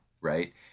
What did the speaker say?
right